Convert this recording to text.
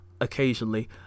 occasionally